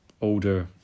older